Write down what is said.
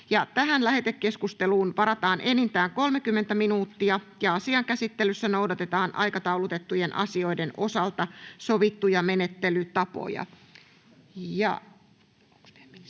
Tähän lähetekeskusteluun varataan enintään 30 minuuttia. Asian käsittelyssä noudatetaan aikataulutettujen asioiden osalta sovittuja menettelytapoja.